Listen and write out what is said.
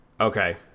Okay